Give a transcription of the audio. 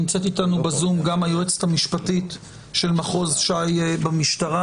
נמצאת איתנו בזום גם היועצת המשפטית של מחוז שי במשטרה,